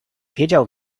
wiedział